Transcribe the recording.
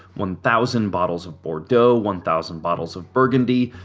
one thousand bottles of bordeaux, one thousand bottles of burgundy,